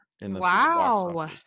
Wow